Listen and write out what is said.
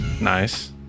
nice